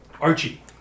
Archie